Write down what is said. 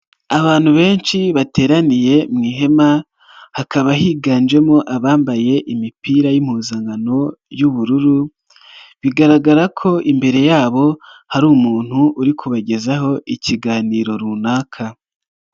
Abantu benshi bateraniye mu ihema hakaba higanjemo abambaye imipira y'impuzankano y'ubururu bigaragara ko imbere yabo hari umuntu uri kubagezaho ikiganiro runaka.